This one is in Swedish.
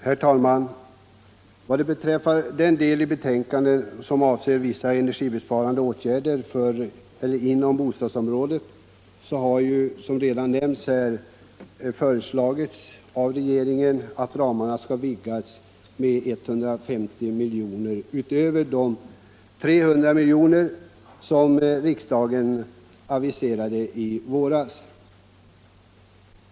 Herr talman! Vad beträffar den del av det föreliggande betänkandet som avser vissa energibesparande åtgärder inom bostadsbeståndet har, som redan nämnts här, regeringen föreslagit att ramen skall vidgas med 150 milj.kr. utöver de 300 milj.kr. som riksdagen anvisade i våras.